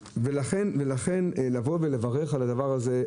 לכן לבוא ולברך על הדבר הזה,